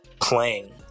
playing